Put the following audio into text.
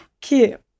cute